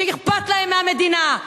שאכפת להם מהמדינה.